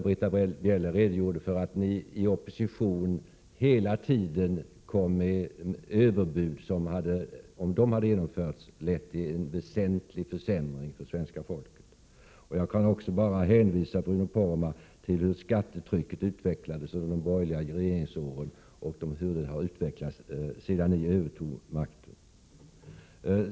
Britta Bjelle redogjorde för att ni i opposition hela tiden kom med överbud som, om de hade genomförts, hade lett till en väsentlig försämring för svenska folket. Jag kan också hänvisa Bruno Poromaa till hur skattetrycket har utvecklats under de borgerliga regeringsåren resp. hur det har utvecklats sedan ni övertog makten.